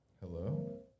Hello